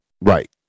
Right